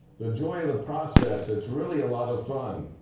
the joy of the process, it's really a lot of fun.